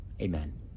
Amen